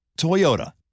Toyota